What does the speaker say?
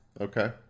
Okay